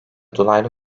dolaylı